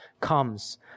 comes